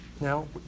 Now